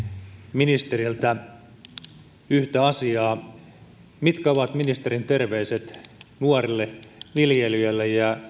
ministeriltä yhtä asiaa mitkä ovat ministerin terveiset nuorille viljelijöille